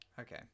Okay